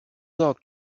dog